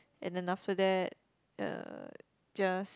and after that uh just